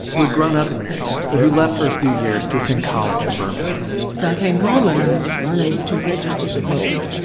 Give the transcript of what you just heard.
who had grown up in marion but who left for a few years to attend college in birmingham so i came home, and i was unable to register to vote.